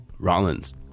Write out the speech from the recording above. Rollins